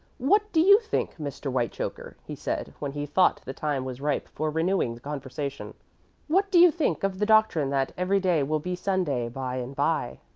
what do you think, mr. whitechoker, he said, when he thought the time was ripe for renewing the conversation what do you think of the doctrine that every day will be sunday by-and-by?